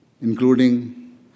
including